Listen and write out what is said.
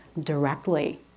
directly